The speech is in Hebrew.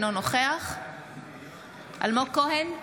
אינו נוכח אלמוג כהן,